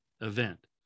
event